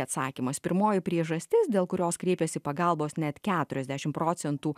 atsakymas pirmoji priežastis dėl kurios kreipiasi pagalbos net keturiasdešim procentų